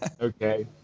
Okay